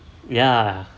ya